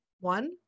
one